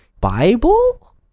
Bible